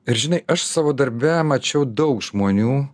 ir žinai aš savo darbe mačiau daug žmonių